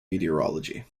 meteorology